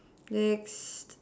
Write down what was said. next